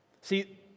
See